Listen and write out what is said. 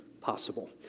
possible